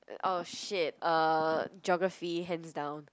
oh shit uh geography hands down